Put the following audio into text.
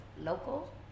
local